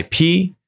IP